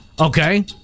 Okay